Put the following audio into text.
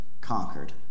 conquered